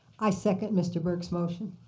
i second mr. burke's motion.